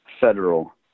federal